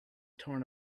torn